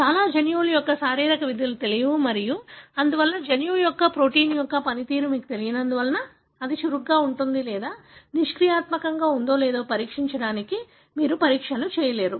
చాలా జన్యువుల యొక్క శారీరక విధులు తెలియవు మరియు అందువల్ల జన్యువు లేదా ప్రోటీన్ యొక్క పనితీరు మీకు తెలియనందున అది చురుకుగా ఉందా లేదా నిష్క్రియాత్మకంగా ఉందో లేదో పరీక్షించడానికి మీరు పరీక్షలు చేయలేరు